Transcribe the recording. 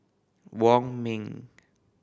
Wong Ming